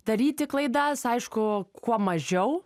daryti klaidas aišku kuo mažiau